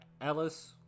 Ellis